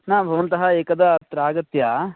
न भवन्तः एकदा अत्र आगत्य